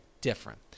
different